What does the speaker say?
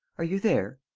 are you there?